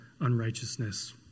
unrighteousness